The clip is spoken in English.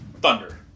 Thunder